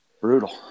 Brutal